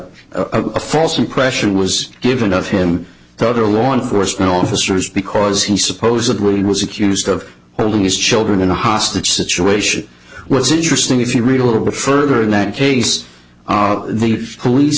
a a false impression was given of him to other law enforcement officers because he supposedly was accused of holding his children in a hostage situation what's interesting if you read a little bit further in that case are the police